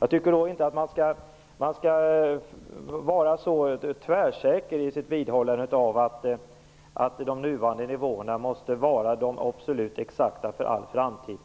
Jag tycker inte att man skall vara så tvärsäker i sitt vidhållande av att de nuvarande nivåerna måste vara exakt så för all framtid.